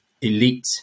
elite